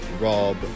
Rob